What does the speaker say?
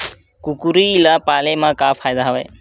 कुकरी ल पाले म का फ़ायदा हवय?